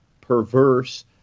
perverse